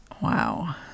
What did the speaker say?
Wow